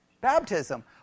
baptism